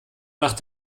mach